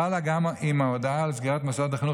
חלה גם אם ההודעה על סגירת מוסד החינוך